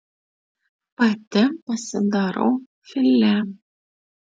pati pasidarau filė